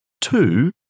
two